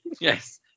Yes